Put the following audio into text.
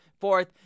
fourth